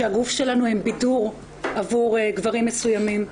שהגוף שלנו הם בידור עבור גברים מסוימים,